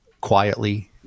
quietly